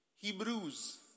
Hebrews